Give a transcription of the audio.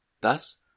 Thus